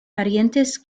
parientes